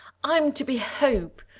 i'm to be hope,